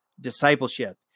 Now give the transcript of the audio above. discipleship